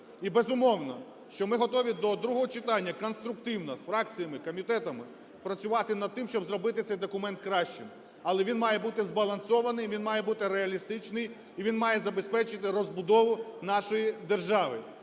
І, безумовно, що ми готові до другого читання конструктивно з фракціями, комітетами працювати над тим, щоб зробити цей документ кращим. Але він має бути збалансований, він має бути реалістичний і він має забезпечити розбудову нашої держави.